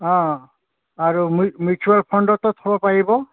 অঁ আৰু মিউচুৱেল ফান্ডতো থ'ব পাৰিব